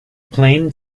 plain